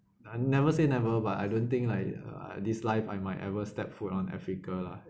I never say never but I don't think like uh this life I might ever step foot on africa lah